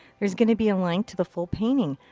there's gonna be a link to the full painting.